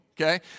Okay